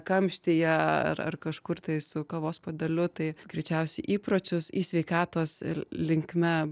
kamštyje ar ar kažkur tai su kavos puodeliu tai greičiausiai įpročius į sveikatos ir linkme